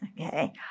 okay